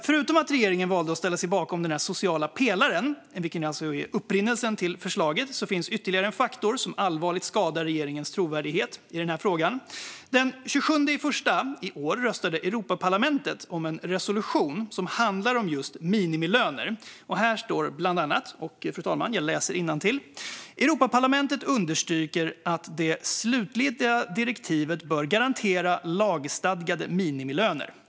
Förutom att regeringen valde att ställa sig bakom den sociala pelaren, vilken alltså är upprinnelsen till förslaget, finns ytterligare en faktor som allvarligt skadar regeringens trovärdighet i den här frågan. Den 27 januari i år röstade Europaparlamentet om en resolution som handlar om just minimilöner. Där står bland annat följande: Europaparlamentet understryker att det slutliga direktivet bör garantera lagstadgade minimilöner.